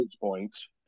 points